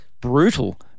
Brutal